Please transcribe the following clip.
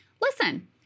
Listen